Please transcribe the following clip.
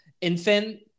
infant